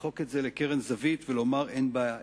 לדחוק את זה לקרן זווית ולומר: אין בעיה.